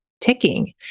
ticking